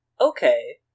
Okay